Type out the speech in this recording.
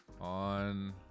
on